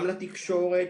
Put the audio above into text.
גם לתקשורת,